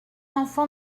enfant